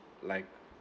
like